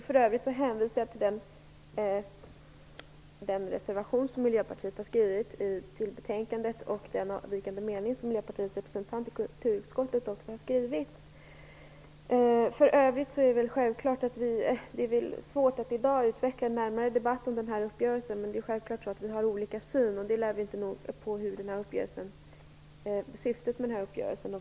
För övrigt hänvisar jag till den reservation som Miljöpartiet har skrivit till betänkandet och den avvikande mening som Miljöpartiets representant i utskottet har avgivit. Det är svårt att i dag utveckla en närmare debatt om uppgörelsen. Vi har olika syn på syftet med den uppgörelsen.